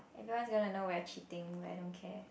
everyone's gonna know we're cheating but I don't care